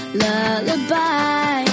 lullaby